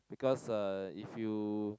because uh if you